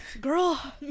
Girl